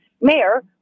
mayor